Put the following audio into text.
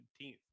17th